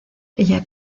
ella